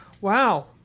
Wow